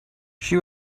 she